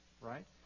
Right